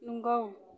नंगौ